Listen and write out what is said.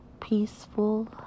peaceful